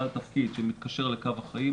בעל תפקיד שמתקשר לקו החיים,